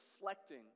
reflecting